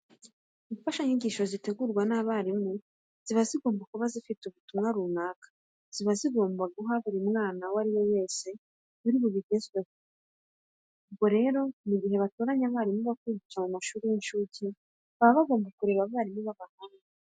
Imfashanyigisho zitegurwa n'abarimu ziba zigomba kuba zifite ubutumwa runaka ziba zigomba guha buri mwana uwo ari we wese uri buzigezweho. Ubwo rero mu gihe batoranya abarimu bo kwigisha mu mashuri y'incuke baba bagomba kureba abarimu b'abahanga.